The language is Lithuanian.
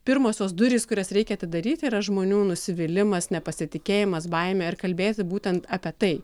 pirmosios durys kurias reikia atidaryti yra žmonių nusivylimas nepasitikėjimas baimė ir kalbėti būtent apie tai